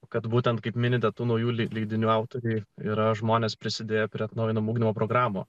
kad būtent kaip mini tų naujų leidinių autoriai yra žmonės prisidėję prie atnaujinamų ugdymo programų